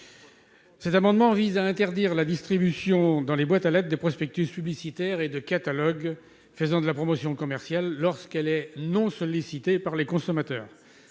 Cet amendement vise à interdire la distribution dans les boîtes aux lettres de prospectus publicitaires et de catalogues faisant de la promotion commerciale, lorsque celle-ci n'est pas sollicitée par les consommateurs.